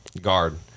Guard